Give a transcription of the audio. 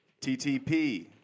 TTP